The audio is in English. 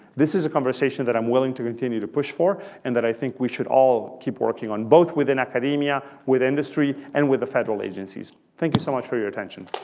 this is a conversation that i'm willing to continue to push for and that i think we should all keep working on both within academia, with industry, and with the federal agencies. thank you so much for your attention.